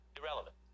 irrelevant